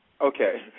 Okay